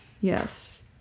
yes